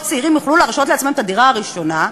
צעירים יוכלו להרשות לעצמם את הדירה הראשונה,